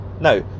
Now